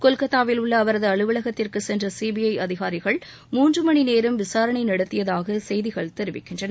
கொல்கத்தாவில் உள்ள அவரது அலுவலகத்திற்கு சென்ற சிபிஐ அதிகாரிகள் மூன்று மணி நேரம் விசாரணை நடத்தியதாக செய்திகள் தெரிவிக்கின்றன